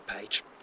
page